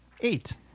eight